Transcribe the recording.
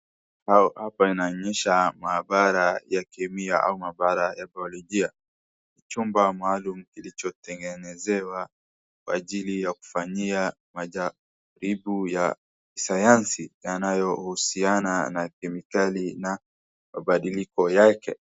Hapa inaonyesha maabara ya kemia au bara ya bayaalojia .Chumba maalum ilichotengezewa kwa ajili ya kufanyia majaribu ya sayansi yanayo husiana na kemikali na mabadiliko yake.